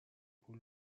پول